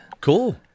Cool